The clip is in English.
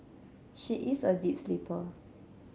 she is a deep sleeper